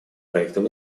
проектом